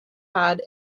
had